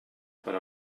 per